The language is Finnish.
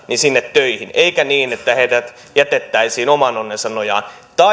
sinne töihin eikä niin että heidät jätettäisiin oman onnensa nojaan